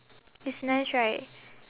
it's nice right